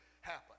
happen